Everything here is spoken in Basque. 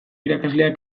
irakaslea